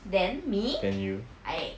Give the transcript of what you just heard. than me I